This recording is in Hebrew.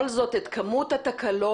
לפני כמה שנים המשק עבד עם 60% פחם ו-40% גז.